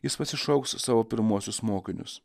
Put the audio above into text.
jis pasišauks savo pirmuosius mokinius